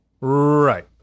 Right